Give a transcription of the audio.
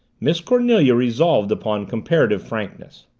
miss cornelia resolved upon comparative frankness.